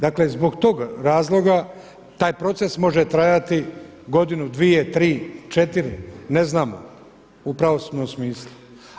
Dakle, zbog tog razloga taj proces može trajati godinu, dvije, tri, četiri, ne znamo u pravosudnom smislu.